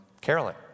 Carolyn